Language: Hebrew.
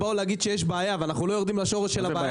דיבידנד ואנחנו נלך על ביטול התאגידים באופן מוחלט.